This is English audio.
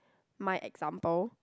my example